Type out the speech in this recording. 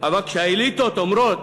אבל כשהאליטות אומרות